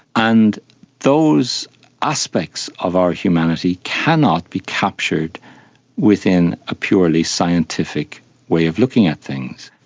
and those aspects of our humanity cannot be captured within a purely scientific way of looking at things.